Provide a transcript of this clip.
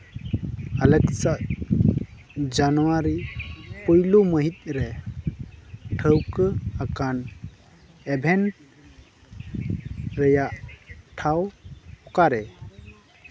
ᱟᱞᱮᱠᱥᱟ ᱡᱟᱱᱩᱣᱟᱨᱤ ᱯᱳᱭᱞᱳ ᱢᱟᱹᱦᱤᱛ ᱨᱮ ᱴᱷᱟᱹᱣᱠᱟᱹ ᱟᱠᱟᱱ ᱮᱵᱷᱮᱱ ᱨᱮᱭᱟᱜ ᱴᱷᱟᱶ ᱚᱠᱟᱨᱮ